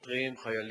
שוטרים וחיילים,